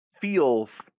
feels